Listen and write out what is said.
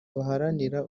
baharanira